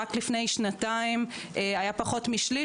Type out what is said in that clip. רק לפני שנתיים היה פחות משליש